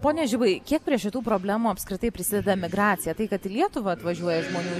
pone žibai kiek prie šitų problemų apskritai prisideda migracija tai kad į lietuvą atvažiuoja žmonių